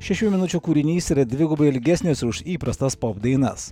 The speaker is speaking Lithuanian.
šešių minučių kūrinys yra dvigubai ilgesnis už įprastas pop dainas